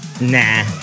Nah